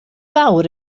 fawr